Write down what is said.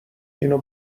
اینو